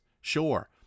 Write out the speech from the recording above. Sure